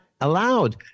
allowed